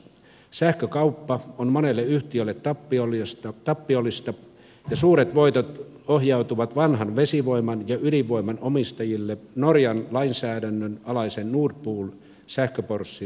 sähkökauppa on monelle yhtiölle tappiollista ja suuret voitot ohjautuvat vanhan vesivoiman ja ydinvoiman omistajille norjan lainsäädännön alaisen nord pool sähköpörssin ansiosta